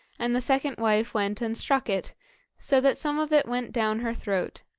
and the second wife went and struck it so that some of it went down her throat,